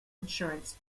insurance